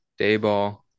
Dayball